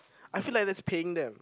I feel like that's paying them